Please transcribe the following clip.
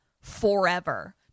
forever